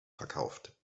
verkauft